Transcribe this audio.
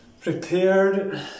prepared